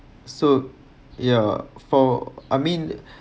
so ya for I mean